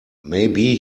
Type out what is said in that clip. maybe